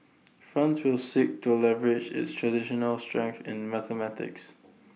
France will seek to leverage its traditional strength in mathematics